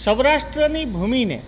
સૌરાષ્ટ્રની ભૂમિને